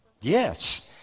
Yes